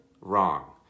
Wrong